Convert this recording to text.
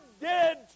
dead